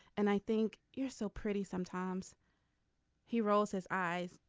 and i think you're so pretty sometimes he rolls his eyes.